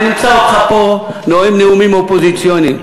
ונמצא אותך פה נואם נאומים אופוזיציוניים.